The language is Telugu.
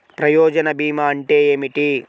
ప్రయోజన భీమా అంటే ఏమిటి?